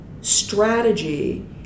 strategy